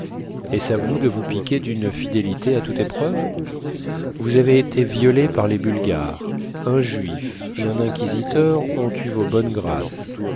est-ce à vous de vous piquer d'une fidélité à toute épreuve vous avez été violée par les bulgares un juif et un inquisiteur ont eu vos bonnes grâces